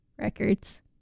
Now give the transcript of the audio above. records